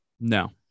No